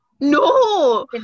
No